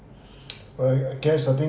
well I guess I think